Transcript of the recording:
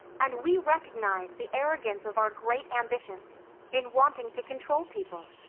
and we recognize the arrogance of our great ambitions in wanting to control people.